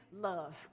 love